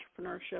entrepreneurship